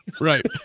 right